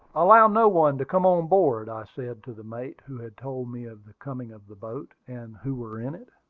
allow no one to come on board, i said to the mate, who had told me of the coming of the boat, and who were in it.